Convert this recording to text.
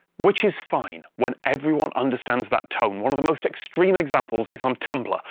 which is fine, when everyone understands that tone. one of the most extreme examples is on tumblr,